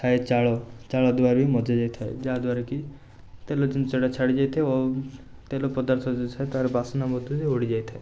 ଥାଏ ଚାଳ ଚାଳ ଦ୍ଵାରା ବି ମଜା ଯାଇଥାଏ ଯାହାଦ୍ଵାରାକି ତେଲ ଜିନିଷଟା ଛାଡ଼ିଯାଇଥାଏ ଅଉ ତେଲ ପଦାର୍ଥ ଯେଉଁ ଥାଏ ତାର ବାସ୍ନା ମଧ୍ୟ ଯେ ଉଡ଼ିଯାଇଥାଏ